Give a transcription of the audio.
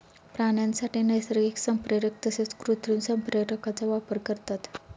प्राण्यांसाठी नैसर्गिक संप्रेरक तसेच कृत्रिम संप्रेरकांचा वापर करतात